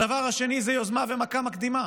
הדבר השני זה יוזמה ומכה מקדימה.